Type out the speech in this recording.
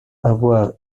avoir